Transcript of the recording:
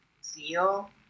Seal